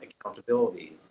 accountability